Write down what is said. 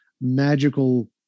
magical